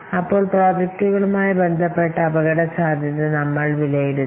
അപ്പോൾ പ്രോജക്റ്റുകളുമായി ബന്ധപ്പെട്ട അപകടസാധ്യത നമ്മൾ വിലയിരുത്തണം